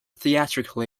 theatrical